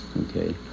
okay